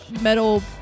metal